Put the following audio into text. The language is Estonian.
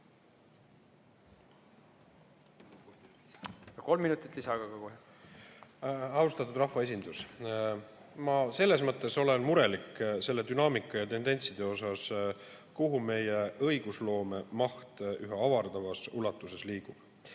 Kolm minutit lisaaega ka kohe.